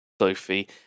Sophie